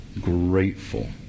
grateful